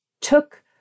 took